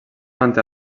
manté